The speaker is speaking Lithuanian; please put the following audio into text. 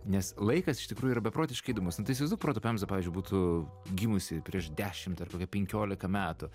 nes laikas iš tikrųjų yra beprotiškai įdomus nu tai įsivaizduok proto pemza pavyzdžiui būtų gimusi prieš dešimt ar penkiolika metų